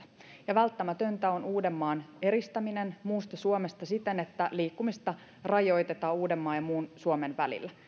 ja välttämätöntä on uudenmaan eristäminen muusta suomesta siten että liikkumista rajoitetaan uudenmaan ja muun suomen välillä